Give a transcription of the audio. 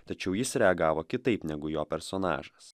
tačiau jis reagavo kitaip negu jo personažas